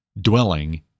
dwelling